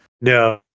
No